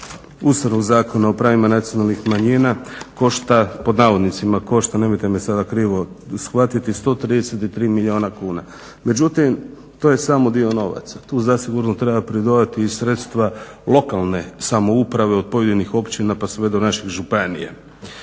Ustavnog zakona o pravima nacionalnih manjina košta, pod navodnicima "košta" nemojte me sada krivo shvatiti, 133 milijuna kuna. Međutim, to je samo dio novaca. Tu zasigurno treba pridodati i sredstva lokalne samouprave od pojedinih općina pa sve do naših županija.